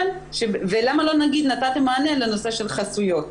ולמה לא נגיד נתתם מענה לנושא של חסויות?